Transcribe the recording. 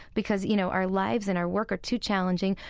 because, you know, our lives and our work are too challenging,